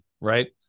right